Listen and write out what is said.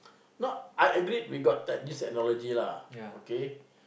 not I agree we got te~ this technology lah okay